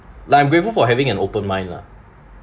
like I'm grateful for having an open mind lah